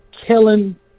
killing